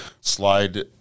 slide